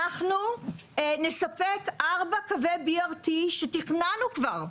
אנחנו נספק ארבעה קווי BRT שתכננו כבר,